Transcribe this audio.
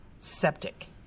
septic